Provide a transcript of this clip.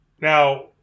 now